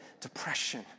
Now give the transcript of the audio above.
depression